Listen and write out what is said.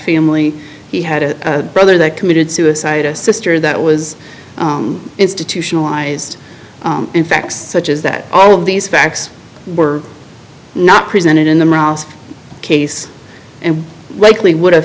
family he had a brother that committed suicide a sister that was institutionalized in facts such as that all of these facts were not presented in the case and likely would have